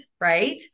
Right